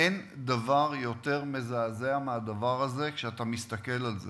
אין דבר יותר מזעזע מהדבר הזה, כשאתה מסתכל על זה